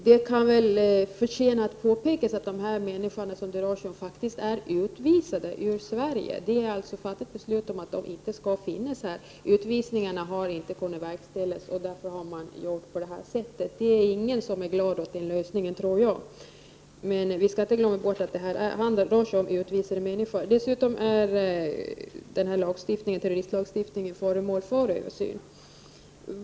Det kan förtjäna att påpekas att de människor som det rör sig om faktiskt är utvisade ur Sverige, vilket vi inte skall glömma bort. Det har också fattats ett beslut om att de inte skall vistas här. Utvisningarna har inte kunnat verkställas och därför har man tillgripit kommunarrest. Jag tror inte att någon är nöjd med den lösningen. Terroristlagstiftningen är nu föremål för översyn.